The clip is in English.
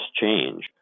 change